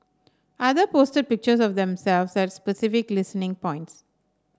other posted pictures of themselves at specific listening points